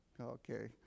Okay